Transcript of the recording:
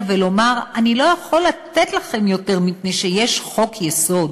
ולומר: אני לא יכול לתת לכם יותר משום שיש חוק-יסוד.